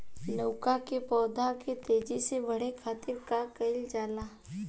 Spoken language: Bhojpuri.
लउका के पौधा के तेजी से बढ़े खातीर का कइल जाला?